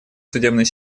судебной